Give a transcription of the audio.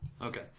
Okay